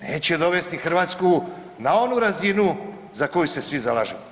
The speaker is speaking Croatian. Neće dovesti Hrvatsku na onu razinu za koju se svi zalažemo.